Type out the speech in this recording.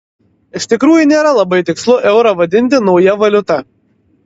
iš tikrųjų nėra labai tikslu eurą vadinti nauja valiuta